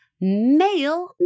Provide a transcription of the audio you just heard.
male